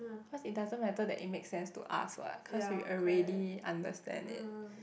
cause it doesn't matter that it makes sense to us what cause we already understand it